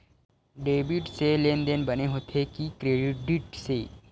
Debit से लेनदेन बने होथे कि क्रेडिट से?